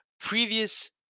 Previous